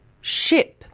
Ship